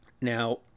Now